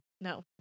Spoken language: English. no